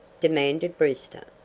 demanded brewster.